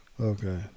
Okay